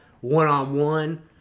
one-on-one